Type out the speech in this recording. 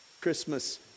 Christmas